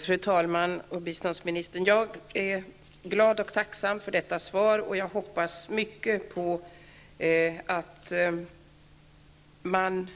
Fru talman! Jag är glad över och tacksam för detta svar, biståndsministern, och jag hoppas mycket på att man